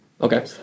Okay